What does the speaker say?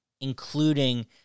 including